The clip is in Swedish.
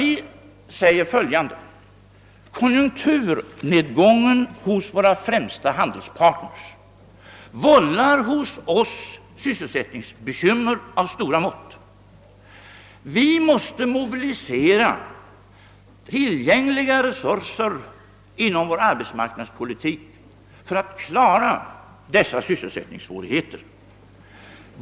Vi säger följande: Konjunkturnedgången hos våra främsta handelspartner vållar hos oss sysselsättningsbekymmer av stora mått. Vi måste mobilisera tillgängliga resurser inom vår arbetsmarknadspolitik för att klara dessa sysselsättningssvårigheter.